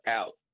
out